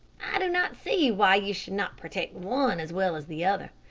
i do not see why you should not protect one as well as the other.